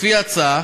לפי ההצעה,